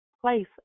place